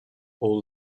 all